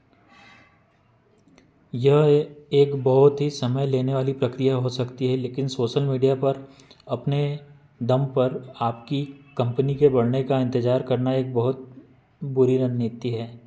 यह एक बहुत ही समय लेने वाली प्रक्रिया हो सकती है लेकिन सोसल मीडिया पर अपने दम पर आपकी कंपनी के बढ़ने का इंतजार करना एक बहुत बुरी रणनीति है